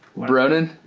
broden?